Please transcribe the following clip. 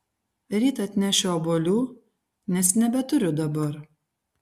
ryt atnešiu obuolių nes nebeturiu dabar